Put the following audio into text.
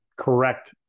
Correct